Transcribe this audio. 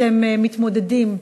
אתם מתמודדים,